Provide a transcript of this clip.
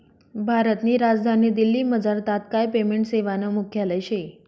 भारतनी राजधानी दिल्लीमझार तात्काय पेमेंट सेवानं मुख्यालय शे